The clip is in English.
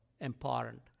important